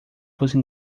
fossem